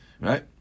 right